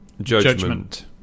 Judgment